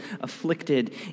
afflicted